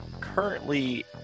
currently